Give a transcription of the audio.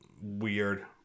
weird